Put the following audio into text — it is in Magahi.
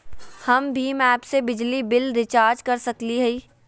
हम भीम ऐप से बिजली बिल रिचार्ज कर सकली हई?